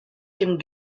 dem